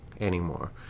anymore